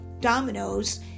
dominoes